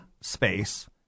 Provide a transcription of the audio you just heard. space